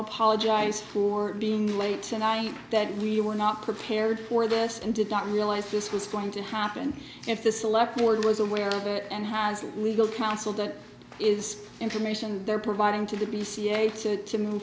apologize for being late tonight that we were not prepared for this and did not realize this was going to happen if the select board was aware of it and has legal counsel that is information they're providing to t